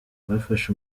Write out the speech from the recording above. bafashe